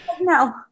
no